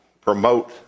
promote